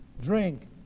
drink